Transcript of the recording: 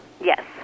Yes